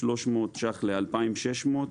מ-1,300 ₪ ל-2,600,